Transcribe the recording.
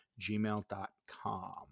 gmail.com